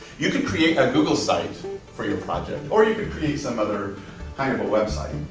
you can create a google site for your project, or you can create some other kind of a website.